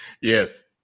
Yes